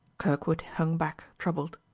kirkwood hung back, troubled.